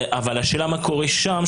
השאלה היא מה קורה שם?